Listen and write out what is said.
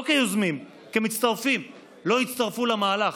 לא כיוזמים, כמצטרפים, לא הצטרפו למהלך.